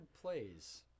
plays